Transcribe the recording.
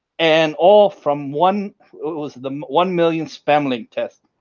and all from one was the one million spam link test.